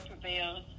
prevails